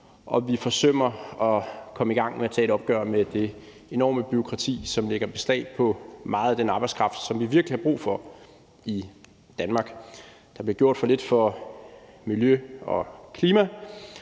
vi forsømmer at komme i gang med at tage et opgør med det enorme bureaukrati, som lægger beslag på meget af den arbejdskraft, som vi virkelig har brug for i Danmark. Der bliver gjort for lidt for miljø og klima,